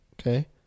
Okay